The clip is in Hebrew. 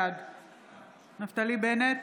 בעד נפתלי בנט,